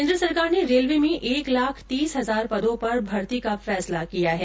केन्द्र सरकार ने रेलवे में एक लाख तीस हजार पदों पर भर्ती का फैसला किया है